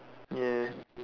ya